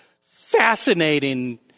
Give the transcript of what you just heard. fascinating